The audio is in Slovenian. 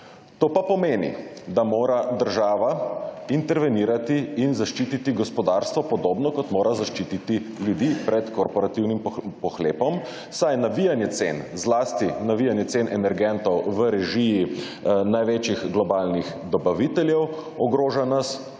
To pa pomeni, da mora država intervenirati in zaščititi gospodarstvo podobno kot mora zaščititi ljudi pred korporativnim pohlepom, saj navijanje cen zlasti navijanje cen energentov v režiji največjih globalnih dobaviteljev ogroža nas